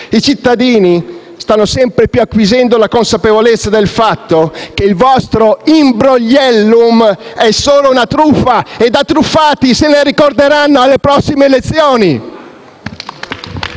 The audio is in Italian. I cittadini stanno sempre più acquisendo la consapevolezza del fatto che il vostro "Imbrogliellum" è solo una truffa e da truffati se ne ricorderanno alle prossime elezioni.